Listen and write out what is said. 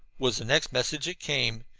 was the next message that came,